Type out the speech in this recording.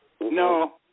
No